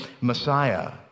Messiah